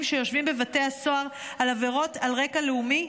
שיושבים בבתי הסוהר על עבירות על רקע לאומי?